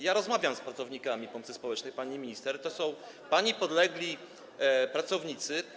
Ja rozmawiam z pracownikami pomocy społecznej, pani minister, to są podlegli pani pracownicy.